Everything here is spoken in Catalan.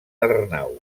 arnau